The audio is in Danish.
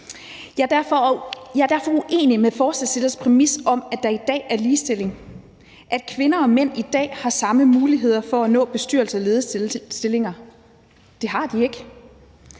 Jeg er derfor uenig i forslagsstillernes præmis om, at der i dag er ligestilling, at kvinder og mænd i dag har samme muligheder for at nå bestyrelser og lederstillinger. Det har de ikke.